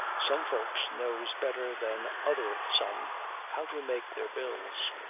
some folks knows better than other some how to make their bills.